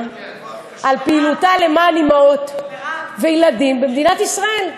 על פעילותה למען אימהות וילדים במדינת ישראל.